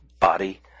body